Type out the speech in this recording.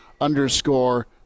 underscore